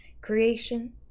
creation